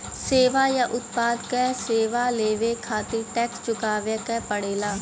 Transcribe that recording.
सेवा या उत्पाद क सेवा लेवे खातिर टैक्स चुकावे क पड़ेला